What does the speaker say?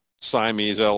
Siamese